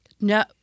no